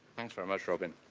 thanks very much robyn.